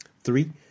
Three